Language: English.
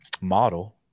model